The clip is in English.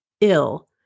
ill